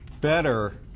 better